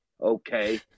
Okay